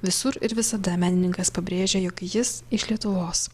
visur ir visada menininkas pabrėžia jog jis iš lietuvos